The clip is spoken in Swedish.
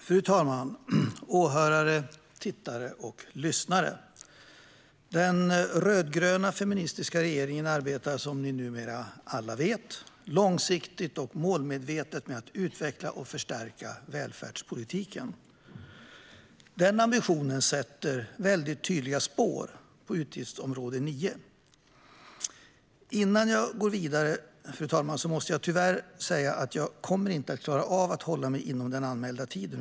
Fru talman! Åhörare, tittare och lyssnare! Den rödgröna feministiska regeringen arbetar, som ni numera alla vet, långsiktigt och målmedvetet med att utveckla och förstärka välfärdspolitiken. Den ambitionen sätter tydliga spår på utgiftsområde 9. Innan jag går vidare måste jag tyvärr meddela att jag inte kommer att klara av att hålla mig inom den anmälda tiden.